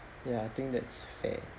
yeah I think that's fair